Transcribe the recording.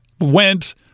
went